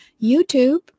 YouTube